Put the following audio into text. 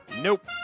Nope